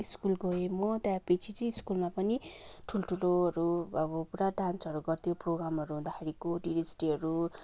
school गएँ म त्यहाँपछि चाहिँ स्कुलमा पनि ठुल्ठुलोहरू अब पुरा डान्सहरू गर्थ्यो प्रोगामहरू हुँदखेरिको टिचर्स डेहरू